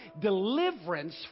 deliverance